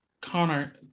connor